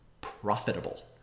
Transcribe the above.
profitable